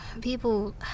People